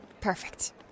perfect